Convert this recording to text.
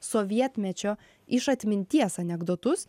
sovietmečio iš atminties anekdotus